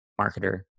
marketer